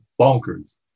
bonkers